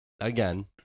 again